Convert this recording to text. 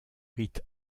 rite